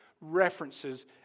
references